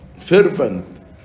fervent